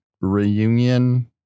reunion